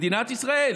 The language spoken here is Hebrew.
מדינת ישראל.